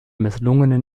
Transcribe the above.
misslungenen